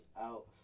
out